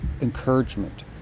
encouragement